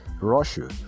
Russia